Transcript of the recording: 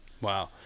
Wow